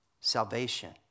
salvation